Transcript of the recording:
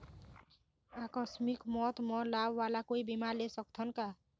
आकस मिक मौत म लाभ वाला कोई बीमा ले सकथन का?